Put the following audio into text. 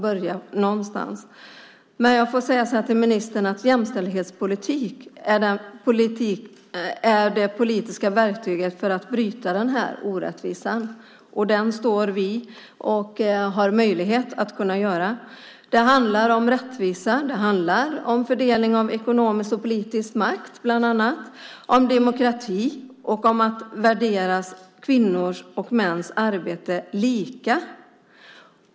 Låt mig säga till ministern att jämställdhetspolitiken är det politiska verktyget för att bryta denna orättvisa, och den står vi för. Den har vi möjlighet att genomföra. Det handlar om rättvisa. Det handlar om fördelning av ekonomisk och politisk makt, om demokrati och om att värdera kvinnors och mäns arbete lika.